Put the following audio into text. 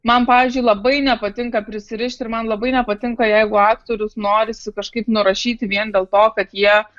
man pavyzdžiui labai nepatinka prisirišti ir man labai nepatinka jeigu aktorius norisi kažkaip nurašyti vien dėl to kad jie